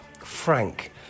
frank